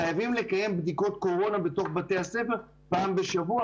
חייבים לקיים בדיקות קורונה בתוך בתי הספר פעם בשבוע